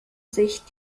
sich